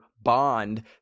bond